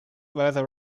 weather